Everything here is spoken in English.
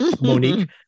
Monique